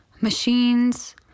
Machines